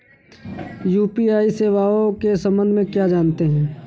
UPI सेवाओं के संबंध में क्या जानते हैं?